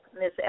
Miss